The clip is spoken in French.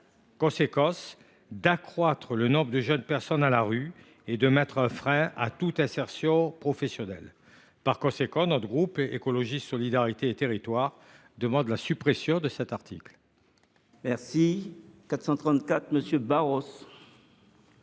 que d’accroître le nombre de jeunes personnes à la rue et de mettre un frein à toute insertion professionnelle. Par conséquent, le groupe Écologiste – Solidarité et Territoires demande la suppression de cet article. La parole